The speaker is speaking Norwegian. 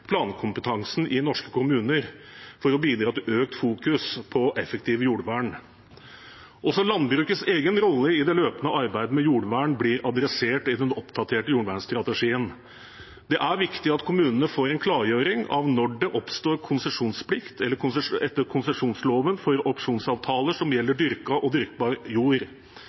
plankompetansen i norske kommuner for å bidra til økt fokus på effektivt jordvern. Også landbrukets egen rolle i det løpende arbeidet med jordvern blir adressert i den oppdaterte jordvernstrategien. Det er viktig at kommunene får en klargjøring av når det oppstår konsesjonsplikt etter konsesjonsloven for opsjonsavtaler som gjelder dyrka og dyrkbar jord.